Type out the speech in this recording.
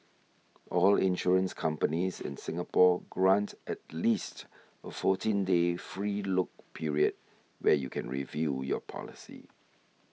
all insurance companies in Singapore grant at least a fourteen day free look period where you can review your policy